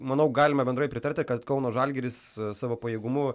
manau galime bendrai pritarti kad kauno žalgiris savo pajėgumu